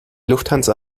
lufthansa